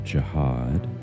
Jihad